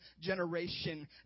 generation